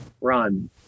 run